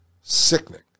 Sickening